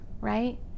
right